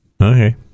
Okay